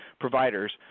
providers